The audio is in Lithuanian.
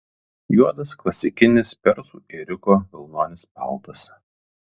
juodas klasikinis persų ėriuko vilnonis paltas